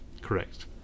Correct